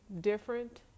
different